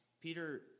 Peter